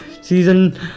Season